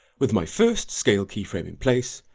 with my first scale keyframe in place,